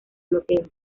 bloqueo